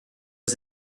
was